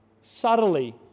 subtly